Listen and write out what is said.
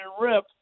rip